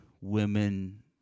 women